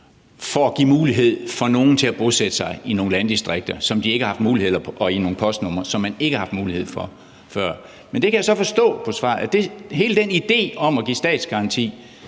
for at give den mulighed for nogle, at de kan bosætte sig i nogle landdistrikter med nogle postnumre, som de ikke har haft mulighed for før. Jeg kan så forstå på svaret, at hele den idé med at give statsgaranti